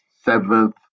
Seventh